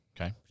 Okay